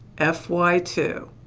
f y two.